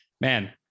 man